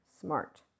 smart